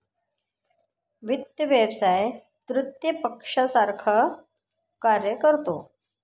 वित्त व्यवसाय तृतीय पक्षासारखा कार्य करतो